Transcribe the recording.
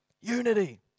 unity